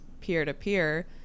peer-to-peer